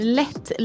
lätt